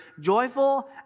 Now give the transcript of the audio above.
joyful